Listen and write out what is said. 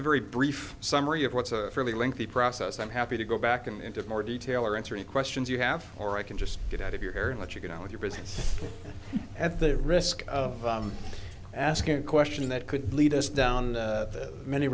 a very brief summary of what's a fairly lengthy process i'm happy to go back and give more detail or answer any questions you have or i can just get out of your hair and let you get on with your business at the risk of asking a question that could lead us down